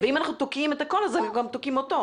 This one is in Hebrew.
ואם אנחנו תוקעים את הכול, אנחנו גם תוקעים אותו.